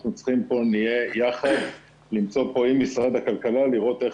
אנחנו נצטרך יחד עם משרד הכלכלה למצוא איך